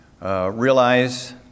realize